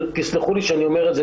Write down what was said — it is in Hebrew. תסלחו לי שאני אומר את זה,